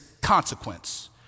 consequence